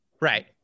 Right